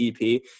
ep